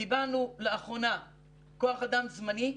קיבלנו לאחרונה כוח אדם זמני.